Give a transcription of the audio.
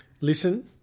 Listen